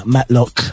Matlock